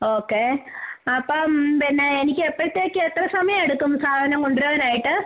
okay അപ്പം പിന്നെ എനിക്ക് എപ്പോഴത്തേക്ക് എത്ര സമയം എടുക്കും സാധനം കൊണ്ടുവരാനായിട്ട്